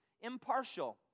impartial